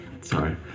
Sorry